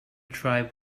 tribe